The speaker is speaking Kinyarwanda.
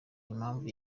impamvu